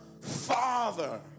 father